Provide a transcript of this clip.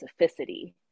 specificity